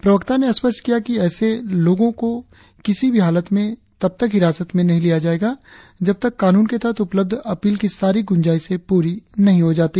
प्रवक्ता ने स्पष्ट किया है कि ऐसे लोगों को किसी भी हालत में तब तक हिरासत में नहीं लिया जाएगा जब तक कानून के तहत उपलब्ध अपील की सारी गुंजाइशें पूरी नहीं हो जाती